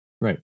right